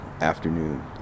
afternoon